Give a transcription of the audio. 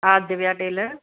हा दिव्या टेलर